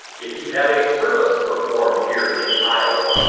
if you have a service performed here in iowa,